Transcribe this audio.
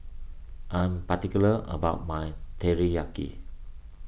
I am particular about my Teriyaki